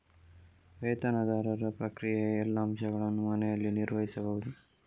ವೇತನದಾರರ ಪ್ರಕ್ರಿಯೆಯ ಎಲ್ಲಾ ಅಂಶಗಳನ್ನು ಮನೆಯಲ್ಲಿಯೇ ನಿರ್ವಹಿಸಬಹುದು